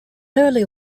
early